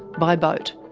by boat.